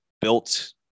built